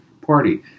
party